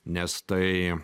nes tai